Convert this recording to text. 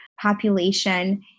population